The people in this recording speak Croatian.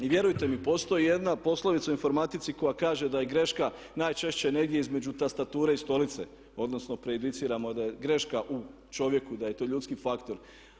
I vjerujte mi postoji jedna poslovica u informatici koja kaže da je greška najčešće negdje između tastature i stolice, odnosno prejudiciramo da je greška u čovjeku, da je to ljudski faktor.